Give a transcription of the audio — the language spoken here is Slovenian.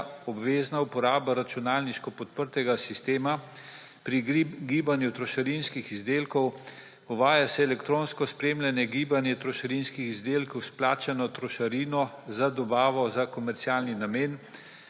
obvezna uporaba računalniško podprtega sistema pri gibanju trošarinskih izdelkov, uvaja se elektronsko spremljanje gibanja trošarinskih izdelkov s plačano trošarino za dobavo za komercialni namen,